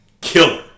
killer